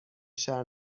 شهر